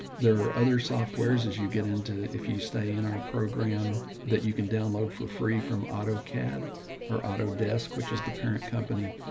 there are other softwares as you get into, if you stay in our program that you can download for free from autocad or autodesk, which is the parent company,